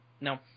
No